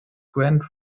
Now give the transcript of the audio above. grand